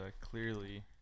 clearly